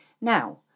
now